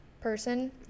person